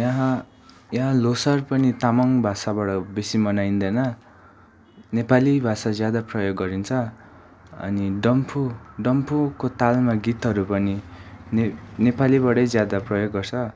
यहाँ यहाँ ल्होसार पनि तामङ भाषाबाट बेसी मनाइँदैन नेपाली भाषा ज्यादा प्रयोग गरिन्छ अनि डम्फू डम्फूको तालमा गीतहरू पनि ने नेपालीबाटै ज्यादा प्रयोग गर्छ